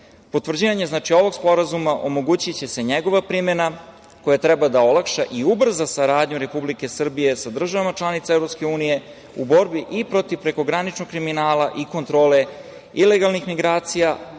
EU.Potvrđivanjem ovog Sporazuma omogućiće se njegova primena koja treba da olakša i ubrza saradnju Republike Srbije sa državama članicama EU u borbi i protiv prekograničnog kriminala i kontrole ilegalnih migracija,